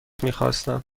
میخواستم